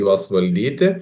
juos valdyti